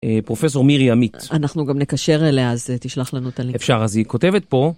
פרופסור מירי עמית. אנחנו גם נקשר אליה, אז תשלח לנו את הלינק. אפשר, אז היא כותבת פה